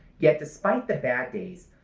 yet despite the bad days,